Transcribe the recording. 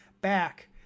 back